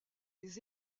les